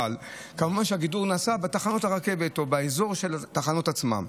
אבל כמובן שהגידור נעשה בתחנות הרכבת או באזור של התחנות עצמן,